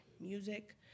music